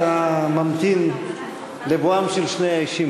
אני ממתין בציפייה רבה.